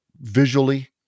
visually